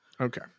okay